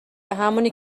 همونی